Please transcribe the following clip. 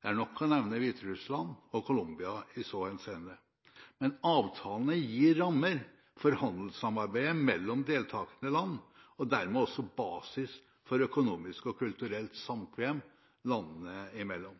Det er nok å nevne Hviterussland og Colombia i så henseende. Men avtalene gir rammer for handelssamarbeidet mellom deltakende land, og er dermed også basis for økonomisk og kulturelt samkvem landene imellom.